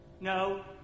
No